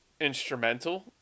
instrumental